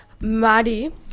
Maddie